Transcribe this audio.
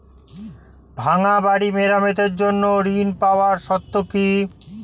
ভাঙ্গা বাড়ি মেরামতের জন্য ঋণ পাওয়ার শর্ত কি?